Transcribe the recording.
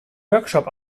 workshop